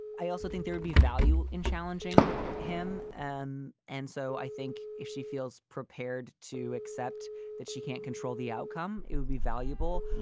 i also think there'd be value in challenging him. and and so i think if she feels prepared to accept that she can't control the outcome, it would be valuable.